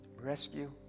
rescue